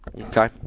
Okay